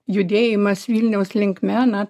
judėjimas vilniaus linkme na